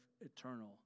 eternal